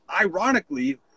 ironically